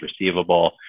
receivable